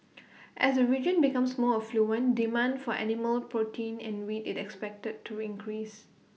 as the region becomes more affluent demand for animal protein and wheat is expected to increase